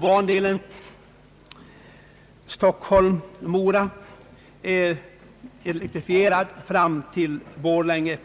Bandelen Stockholm-—Mora är elektrifierad fram till Borlänge.